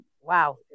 wow